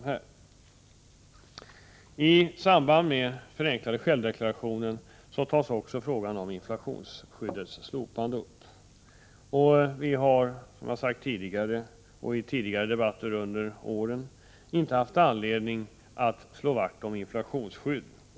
I samband med förslaget om en förenklad självdeklaration tas också frågan om inflationsskyddets slopande upp. Som vi framhållit i tidigare debatter har vi inte haft anledning att slå vakt om något inflationsskydd.